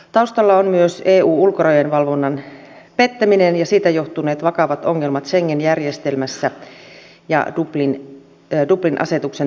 taustalla on myös eun ulkorajojen valvonnan pettäminen ja siitä johtuneet vakavat ongelmat schengen järjestelmässä ja dublin asetuksen toimivuudessa